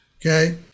Okay